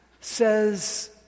says